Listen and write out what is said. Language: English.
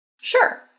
Sure